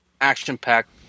Action-packed